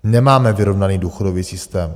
Nemáme vyrovnaný důchodový systém.